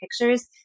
pictures